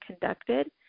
conducted